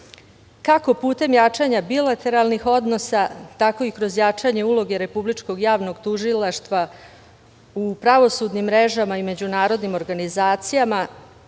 kako putem jačanja bilateralnih odnosa, tako i kroz jačanje uloge Republičkog javnog tužilaštva u pravosudnim mrežama i međunarodnim organizacijama